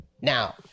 Now